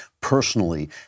personally